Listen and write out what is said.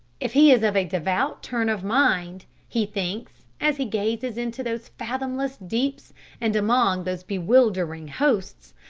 if he is of a devout turn of mind, he thinks, as he gazes into those fathomless deeps and among those bewildering hosts,